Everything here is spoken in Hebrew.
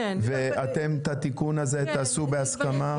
ואתם את התיקון הזה תעשו בהסכמה?